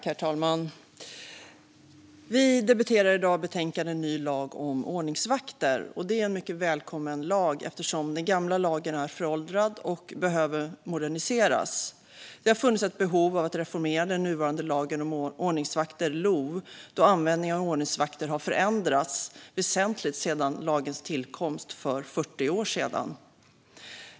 Herr talman! Vi debatterar i dag betänkandet En ny lag om ordningsvakter . Det är en mycket välkommen lag eftersom den gamla lagen är föråldrad och behöver moderniseras. Det har funnits ett behov av att reformera den nuvarande lagen om ordningsvakter, LOV, då användningen av ordningsvakter har förändrats väsentligt sedan lagens tillkomst för 40 år sedan.